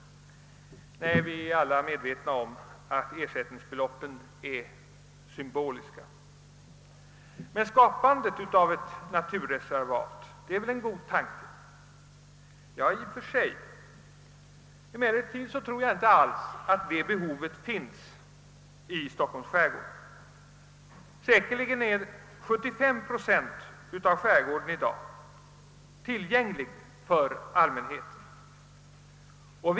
Nej, vi är alla medvetna om att ersättningsbeloppen är symboliska. Men skapandet av ett naturreservat är väl en god tanke? Ja, i och för sig. Jag tror emellertid inte att det föreligger behov av något sådant i Stockholms skärgård. Säkerligen är 75 procent av skärgården i dag tillgänglig för allmänheten.